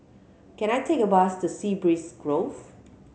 can I take a bus to Sea Breeze Grove